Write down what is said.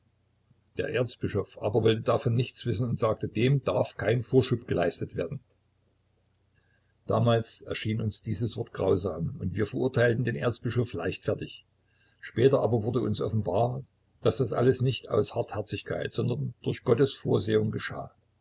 der erzbischof aber wollte davon nichts wissen und sagte dem darf kein vorschub geleistet werden damals erschien uns dieses wort grausam und wir verurteilten den erzbischof leichtfertig später aber wurde uns offenbar daß dies alles nicht aus hartherzigkeit sondern durch gottes vorsehung geschah